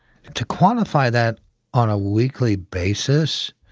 to quantify that on a weekly basis,